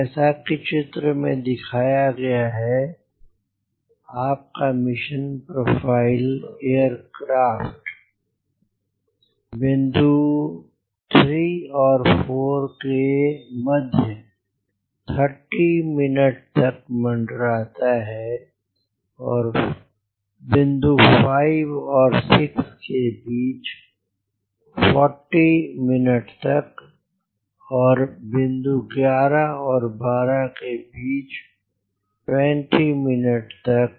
जैसे कि चित्र में दिखाया गया है आपका मिशन प्रोफ़ाइल एयरक्राफ़्ट बिंदु 3और4 के मध्य 30 मिनट तक मंडराता है और बिंदु 5 और 6 के बीच 40 मिनट तक और बिंदु 11 और 12 के बीच 20 मिनट तक